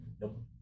Nope